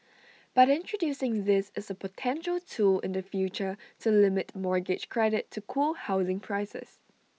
but introducing this is A potential tool in the future to limit mortgage credit to cool housing prices